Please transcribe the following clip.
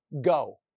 Go